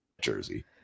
jersey